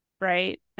right